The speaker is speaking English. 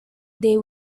they